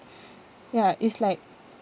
ya is like